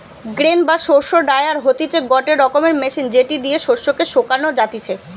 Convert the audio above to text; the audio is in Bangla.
গ্রেন বা শস্য ড্রায়ার হতিছে গটে রকমের মেশিন যেটি দিয়া শস্য কে শোকানো যাতিছে